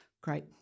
great